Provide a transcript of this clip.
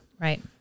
right